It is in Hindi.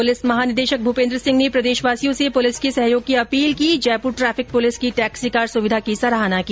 पुलिस महानिदेशक भूपेन्द्र सिंह ने प्रदेशवासियों से पुलिस का सहयोग की अपील की जयपुर ट्रेफिक पुलिस की टैक्सी कार सुविधा की सराहना की